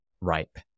ripe